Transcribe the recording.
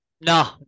No